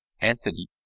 Anthony